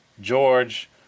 George